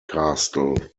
castle